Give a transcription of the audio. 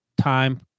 time